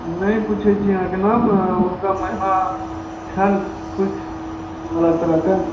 नहि पूछै छी अहाँके नाम हुनका महिना छनि किछु अलग तरहके